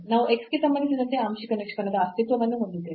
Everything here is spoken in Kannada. ನಾವು x ಗೆ ಸಂಬಂಧಿಸಿದಂತೆ ಆಂಶಿಕ ನಿಷ್ಪನ್ನದ ಅಸ್ತಿತ್ವವನ್ನು ಹೊಂದಿದ್ದೇವೆ